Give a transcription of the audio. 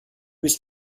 was